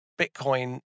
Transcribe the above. Bitcoin